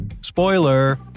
Spoiler